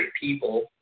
people